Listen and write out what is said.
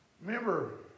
Remember